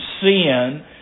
sin